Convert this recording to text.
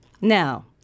Now